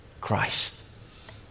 Christ